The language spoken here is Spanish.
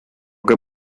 que